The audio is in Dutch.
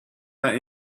naar